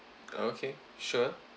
okay sure